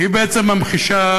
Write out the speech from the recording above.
בעצם ממחישה